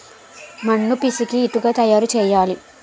మన్ను పిసికి ఇటుక తయారు చేయాలి